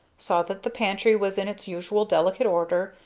saw that the pantry was in its usual delicate order,